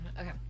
Okay